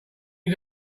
you